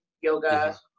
yoga